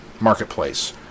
marketplace